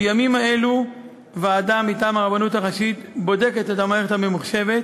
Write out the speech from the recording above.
בימים אלה ועדה מטעם הרבנות הראשית בודקת את המערכת הממוחשבת